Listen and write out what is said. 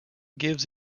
gives